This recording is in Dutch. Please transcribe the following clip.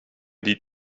die